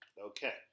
Okay